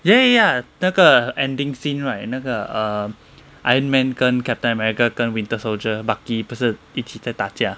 ya ya 那个 ending scene right 那个 err ironman 跟 captain america 跟 winter soldier bucky 不是一起在打架